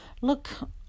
look